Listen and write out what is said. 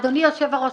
אדוני היושב-ראש,